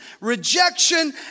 Rejection